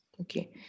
Okay